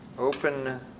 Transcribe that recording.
Open